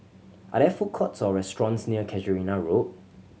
are there food courts or restaurants near Casuarina Road